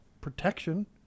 protection